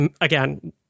again